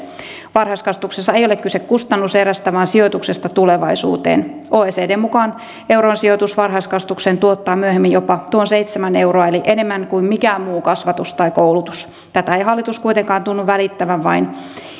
varhaiskasvatuksessa ei ole kyse kustannuserästä vaan sijoituksesta tulevaisuuteen oecdn mukaan euron sijoitus varhaiskasvatukseen tuottaa myöhemmin jopa seitsemän euroa eli enemmän kuin mikään muu kasvatus tai koulutus tästä ei hallitus kuitenkaan tunnu välittävän